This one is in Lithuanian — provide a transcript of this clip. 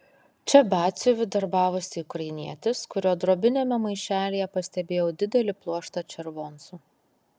čia batsiuviu darbavosi ukrainietis kurio drobiniame maišelyje pastebėjau didelį pluoštą červoncų